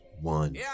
one